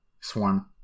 swarm